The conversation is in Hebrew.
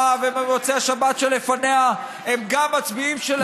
ובמוצאי השבת שלפניה הם גם מצביעים שלהם,